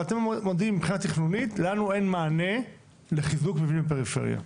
ואתם מודיעים מבחינה תכנונית לנו אין מענה לחיזוק מבנים בפריפריה.